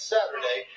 Saturday